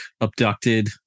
abducted